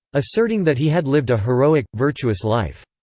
asserting that he had lived a heroic, virtuous life.